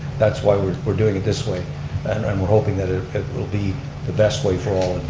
that's why we're we're doing it this way and and we're hoping that it it will be the best way for all